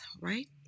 right